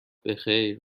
بخیر